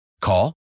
Call